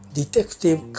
detective